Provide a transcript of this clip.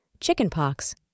chickenpox